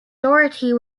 doherty